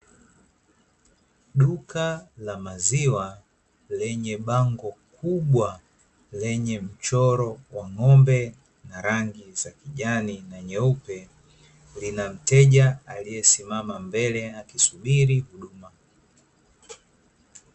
Duka la maziwa lenye bango kubwa, lenye mchoro wa ng'ombe na rangi za kijani na nyeupe, lina mteja aliyesimama mbele, akisubiri huduma.